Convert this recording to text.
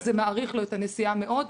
זה מאריך לו את הנסיעה מאוד,